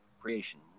creation